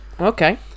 Okay